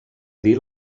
dir